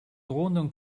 drohenden